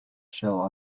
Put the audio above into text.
shall